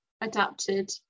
adapted